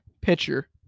pitcher